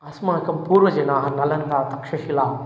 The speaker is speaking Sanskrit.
अस्माकं पूर्वजनाः नलन्दा तक्षशिला